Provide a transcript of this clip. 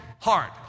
hard